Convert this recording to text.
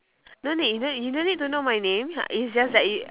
no need no need you don't need to know my name it's just that you